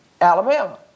Alabama